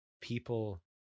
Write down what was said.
people